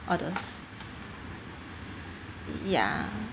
all those ya